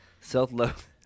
Self-love